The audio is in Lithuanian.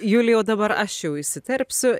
julijau dabar aš jau įsiterpsiu